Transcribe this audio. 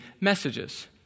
messages